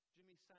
Jimmy